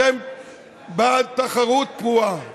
אתם בעד תחרות פרועה.